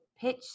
pitch